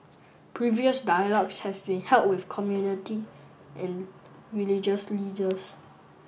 previous dialogues have been held with community and religious leaders